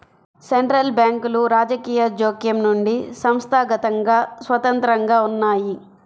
central బ్యాంకులు రాజకీయ జోక్యం నుండి సంస్థాగతంగా స్వతంత్రంగా ఉన్నయ్యి